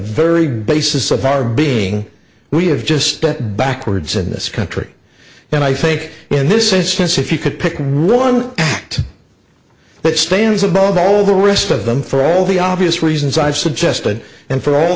very basis of our being we have just stepped backwards in this country and i think in this instance if you could pick one but stands above all the rest of them for all the obvious reasons i've suggested and for all